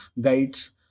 guides